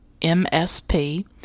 MSP